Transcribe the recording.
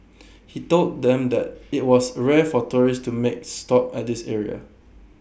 he told them that IT was rare for tourists to make stop at this area